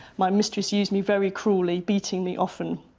my mistress used me very cruelly, beating me often.